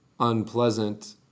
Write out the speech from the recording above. Unpleasant